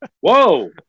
Whoa